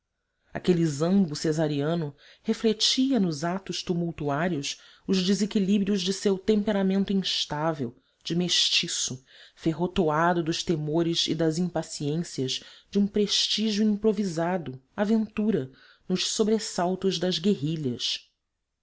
aquele zambo cesariano refletia nos atos tumultuários os desequilíbrios de seu temperamento instável de mestiço ferrotoado dos temores e das impaciências de um prestígio improvisado à ventura nos sobressaltos das guerrilhas